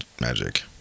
magic